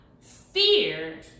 fear